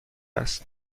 است